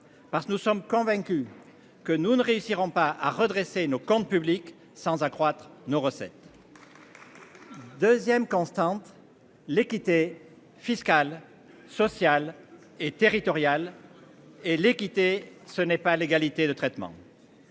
parce que nous sommes convaincus que nous ne réussirons pas à redresser nos comptes publics sans accroître nos recettes.-- 2ème constante. L'équité fiscale, sociale et territoriale et l'équité. Ce n'est pas à l'égalité de traitement.--